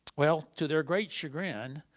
well, to their great chagrin,